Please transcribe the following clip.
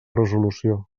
resolució